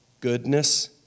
goodness